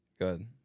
good